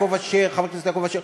חבר הכנסת יעקב אשר,